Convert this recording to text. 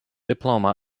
diploma